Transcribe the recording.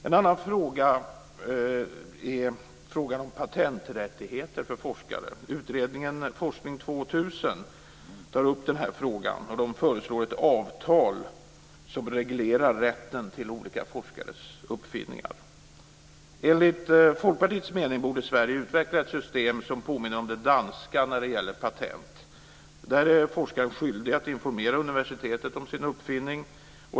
En annan fråga gäller patenträttigheter för forskare och den tas upp av utredningen Forskning 2000. Man föreslår ett avtal som reglerar rätten till olika forskares uppfinningar. Enligt Folkpartiets mening borde Sverige utveckla ett system som påminner om det danska när det gäller patent. Där är forskaren skyldig att informera universitetet om sin uppfinning.